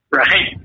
right